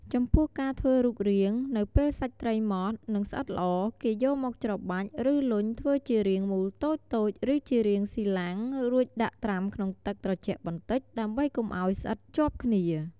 ចំពោះការធ្វើរូបរាង នៅពេលសាច់ត្រីម៉ត់ និងស្អិតល្អ គេយកមកច្របាច់ ឬលុញធ្វើជារាងមូលតូចៗ ឬជារាងស៊ីឡាំង រួចដាក់ត្រាំក្នុងទឹកត្រជាក់បន្តិច ដើម្បីកុំឱ្យស្អិតជាប់គ្នា។